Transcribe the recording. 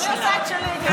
אני עושה את שלי.